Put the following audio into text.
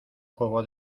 juego